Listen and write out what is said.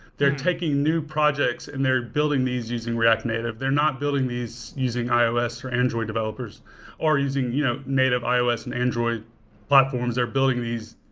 they're taking new projects and they're building these using react native. they're not building these using ios or android developers or using yeah native ios and android platforms. they're building these.